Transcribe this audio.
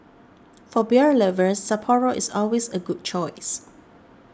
for beer lovers Sapporo is always a good choice